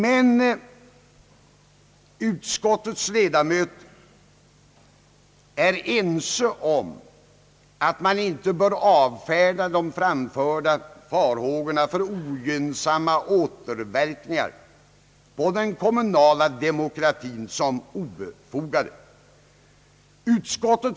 Men utskottets ledamöter är ense om att farhågorna för ogynnsamma åter verkningar på den kommunala demokratin inte bör avfärdas som obefogade.